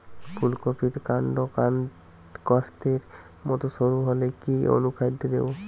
ফুলকপির কান্ড কাস্তের মত সরু হলে কি অনুখাদ্য দেবো?